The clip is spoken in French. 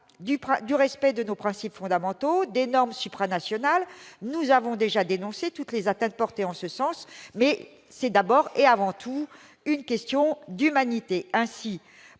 du respect de nos principes fondamentaux et des normes supranationales. Nous avons déjà dénoncé toutes les atteintes à ces principes, mais il s'agit d'abord et avant tout d'une question d'humanité.